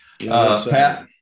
Pat